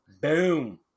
Boom